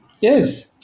Yes